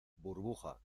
burbuja